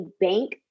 bank